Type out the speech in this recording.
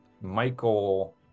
michael